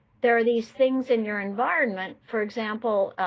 there are these things in your environment, for example,